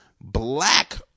black